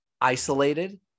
isolated